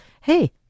Hey